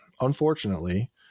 Unfortunately